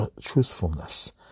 truthfulness